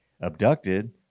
abducted